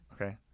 Okay